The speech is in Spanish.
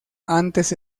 antes